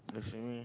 for swimming